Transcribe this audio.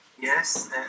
Yes